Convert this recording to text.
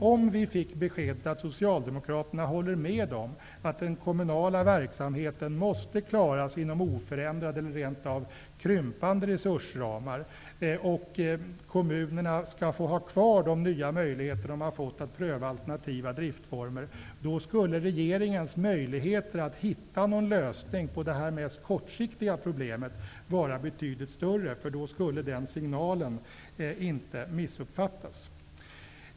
Om vi fick beskedet att socialdemokraterna håller med om att den kommunala verksamheten måste klaras inom oförändrade eller rent av krympande resursramar och att kommunerna skall få ha kvar de möjligheter de har fått att pröva alternativa driftsformer, skulle regeringens möjligheter att hitta någon lösning på detta huvudsakligen kortsiktiga problem vara betydligt större. Då skulle signalen inte missuppfattas.